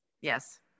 Yes